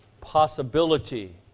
possibility